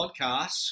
podcasts